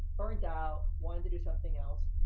burned out, wanted to do something else.